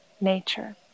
nature